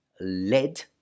lead